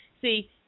see